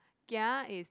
kia is